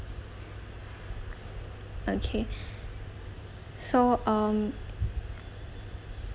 okay so um